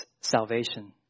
salvation